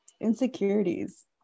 insecurities